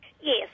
Yes